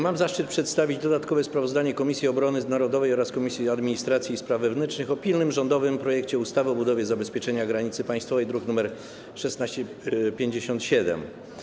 Mam zaszczyt przedstawić dodatkowe sprawozdanie Komisji Obrony Narodowej oraz Komisji Administracji i Spraw Wewnętrznych o pilnym rządowym projekcie ustawy o budowie zabezpieczenia granicy państwowej, druk nr 1657.